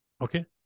Okay